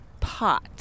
Pot